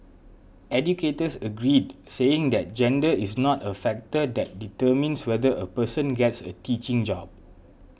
educators agreed saying that gender is not a factor that determines whether a person gets a teaching job